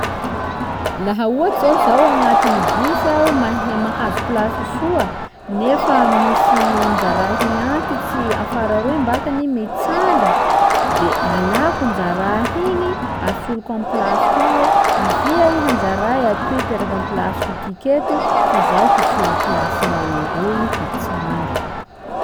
Laha ohatsy zao zaho agnatin'ny aho bus mahe mahazo plasy soa nefa misy njaraha antitsy afara roe mbakany mitsanga de alàko njaraha igny de asoriko amy plasiko igny hoe avia iha njaray a atoy hipetraka amy plasiko tiko eto fa zaho hisolo plasinao eroy hitsanga.